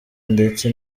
ndetse